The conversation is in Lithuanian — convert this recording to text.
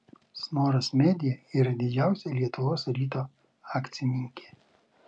snoras media yra didžiausia lietuvos ryto akcininkė